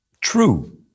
true